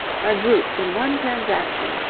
are grouped in one transaction,